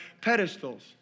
pedestals